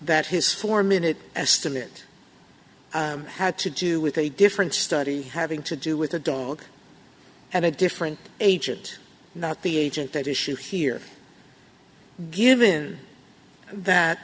that his four minute estimate had to do with a different study having to do with a dog and a different agent not the agent that issue here given that